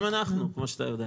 גם אנחנו, כפי שאתה יודע.